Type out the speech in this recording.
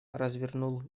развернул